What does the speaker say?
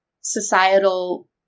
societal